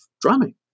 drumming